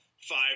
five